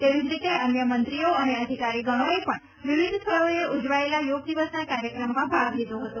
તેવી જ રીતે અન્ય મંત્રીઓ અને અધિકારીગણોએ પણ વિવિધ સ્થળોએ ઉજવાયેલા યોગ દિવસના કાર્યક્રમમાં ભાગ લીધો હતો